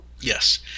Yes